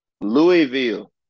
Louisville